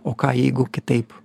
o ką jeigu kitaip